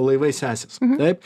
laivai sesės taip